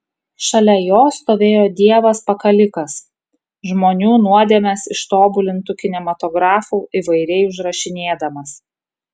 šalia jo stovėjo dievas pakalikas žmonių nuodėmes ištobulintu kinematografu įvairiai užrašinėdamas